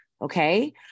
okay